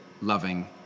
loving